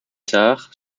tard